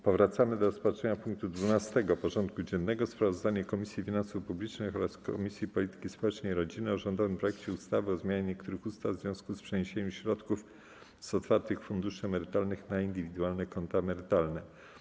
Powracamy do rozpatrzenia punktu 12. porządku dziennego: Sprawozdanie Komisji Finansów Publicznych oraz Komisji Polityki Społecznej i Rodziny o rządowym projekcie ustawy o zmianie niektórych ustaw w związku z przeniesieniem środków z otwartych funduszy emerytalnych na indywidualne konta emerytalne.